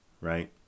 right